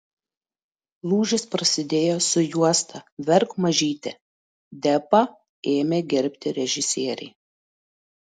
lūžis prasidėjo su juosta verk mažyte depą ėmė gerbti režisieriai